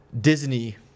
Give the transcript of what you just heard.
Disney